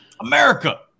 America